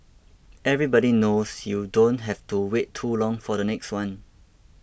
everybody knows you don't have to wait too long for the next one